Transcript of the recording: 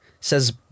says